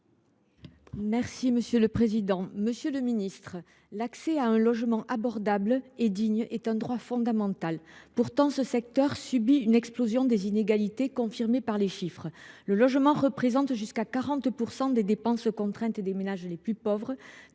Mme Viviane Artigalas. Monsieur le ministre, l’accès à un logement abordable et digne est un droit fondamental. Pourtant, le secteur du logement subit l’explosion des inégalités, confirmée par les chiffres. Le logement représente jusqu’à 40 % des dépenses contraintes des ménages les plus pauvres,